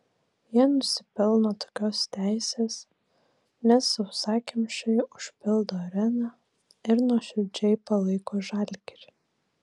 jie nusipelno tokios teisės nes sausakimšai užpildo areną ir nuoširdžiai palaiko žalgirį